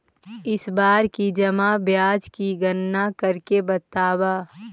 इस बार की जमा ब्याज की गणना करके बतावा